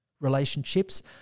relationships